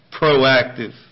proactive